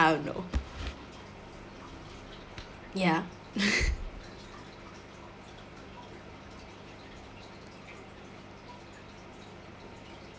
I don't know ya